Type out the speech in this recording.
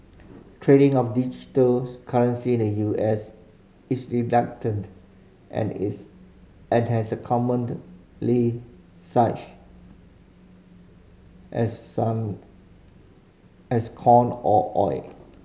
trading of digital currency the U S is and is and as a such as some as corn or oil